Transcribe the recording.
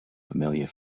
familiar